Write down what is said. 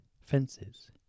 Fences